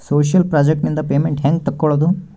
Social project ನಿಂದ payment ಹೆಂಗೆ ತಕ್ಕೊಳ್ಳದು?